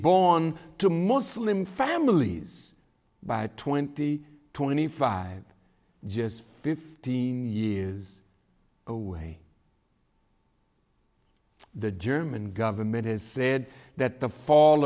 born to muslim families by twenty twenty five just fifteen years away the german government has said that the fall